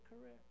career